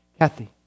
Kathy